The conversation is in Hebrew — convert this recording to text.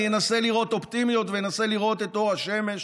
אני אנסה לראות אופטימיות ואנסה לראות את אור השמש,